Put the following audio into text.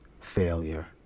failure